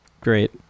Great